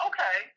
Okay